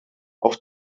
auf